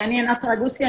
אני ענת סרגוסטי.